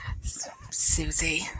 Susie